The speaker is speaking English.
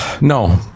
no